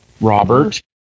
Robert